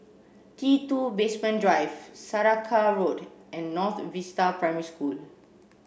T two Basement Drive Saraca Road and North Vista Primary School